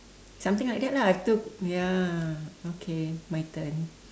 something like that lah I took ya okay my turn